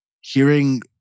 hearing